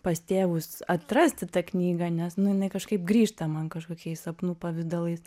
pas tėvus atrasti tą knygą nes nu jinai kažkaip grįžta man kažkokiais sapnų pavidalais